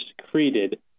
secreted